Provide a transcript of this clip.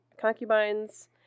concubines